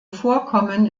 vorkommen